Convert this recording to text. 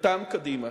מטעם קדימה,